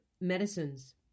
medicines